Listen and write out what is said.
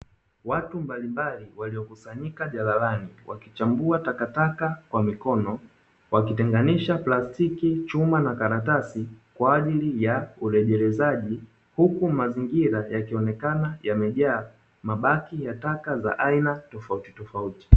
Watu mbalimbali waliokusanyika jalalani wakichambua takataka kwa mikono. Wakitenganisha plastiki, chuma na karatasi kwa ajili ya urejelezaji. Huku mazingira yakionekana yamejaa mabaki ya taka za aina tofautitofauti.